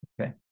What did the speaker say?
Okay